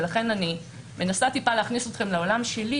ולכן אני מנסה טיפה להכניס אתכם לעולם שלי,